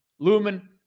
Lumen